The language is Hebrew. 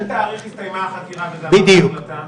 באיזה תאריך הסתיימה החקירה וזה עבר להחלטה?